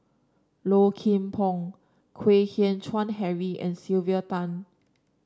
Low Kim Pong Kwek Hian Chuan Henry and Sylvia Tan